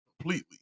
completely